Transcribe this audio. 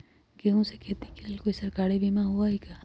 गेंहू के खेती के लेल कोइ सरकारी बीमा होईअ का?